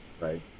right